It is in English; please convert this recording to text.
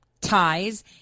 ties